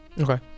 Okay